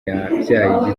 yabyaye